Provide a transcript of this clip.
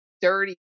dirty